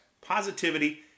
positivity